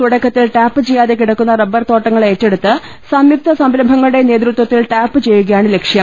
തുടക്കത്തിൽ ടാപ്പ് ചെയ്യാതെ കിടക്കുന്ന റബർ തോട്ടങ്ങൾ ഏറ്റെടുത്ത് സംയുക്ത സംരംഭങ്ങളുടെ നേതൃത്വത്തിൽ ടാപ്പ് ചെയ്യുകയാണ് ലക്ഷ്യം